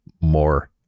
more